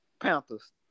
Panthers